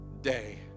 day